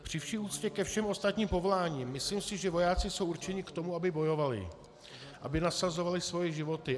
Při vší úctě ke všem ostatním povoláním si myslím, že vojáci jsou určeni k tomu, aby bojovali, aby nasazovali svoje životy.